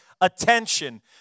attention